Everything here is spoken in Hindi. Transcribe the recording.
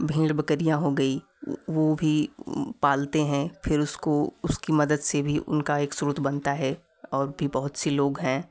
भेंड़ बकरियाँ हो गई वह भी पालते हैं फिर उसको उसकी मदद से भी उनका एक स्रोत बनता है और भी बहुत से लोग हैं